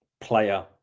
player